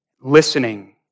Listening